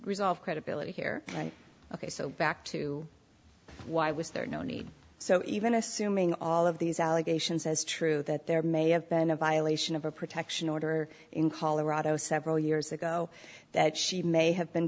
resolve credibility here ok so back to why was there no need so even assuming all of these allegations as true that there may have been a violation of a protection order in colorado several years ago that she may have been